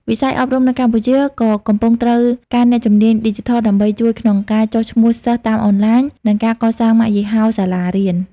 វិស័យអប់រំនៅកម្ពុជាក៏កំពុងត្រូវការអ្នកជំនាញឌីជីថលដើម្បីជួយក្នុងការចុះឈ្មោះសិស្សតាមអនឡាញ និងការកសាងម៉ាកយីហោសាលារៀន។